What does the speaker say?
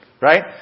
right